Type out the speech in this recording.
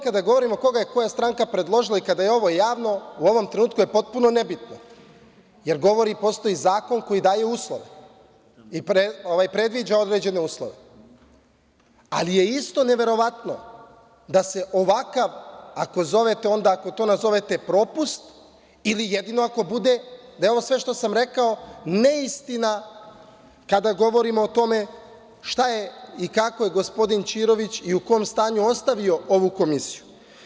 Kada govorimo koga je koja stranka predložila i kada je ovo javno, u ovom trenutku je potpuno nebitno, jer postoji zakon koji daje uslove i predviđa određene uslove, ali je isto neverovatno da se ovakav, ako to nazovete propust, ili jedino ako bude da je sve ovo što sam rekao neistina, kada govorimo o tome šta je i kako je gospodin Ćirović i u kom stanju ostavio ovu Komisiju.